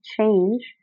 change